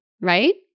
right